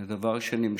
זה דבר שנמשך.